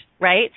Right